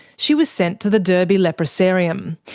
she was sent to the derby leprosarium.